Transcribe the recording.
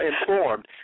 informed